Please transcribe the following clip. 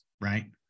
right